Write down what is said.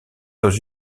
dans